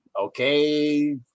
Okay